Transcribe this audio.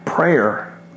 Prayer